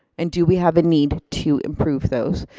and do we have a need to improve those?